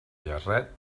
jarret